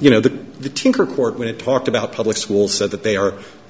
you know that the tinker court when it talked about public schools said that they are you